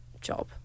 job